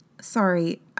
Sorry